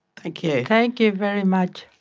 thank yeah thank you very much.